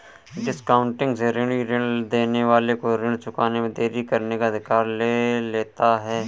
discounting से ऋणी ऋण देने वाले को ऋण चुकाने में देरी करने का अधिकार ले लेता है